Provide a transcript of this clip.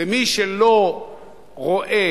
מי שלא רואה,